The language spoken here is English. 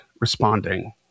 responding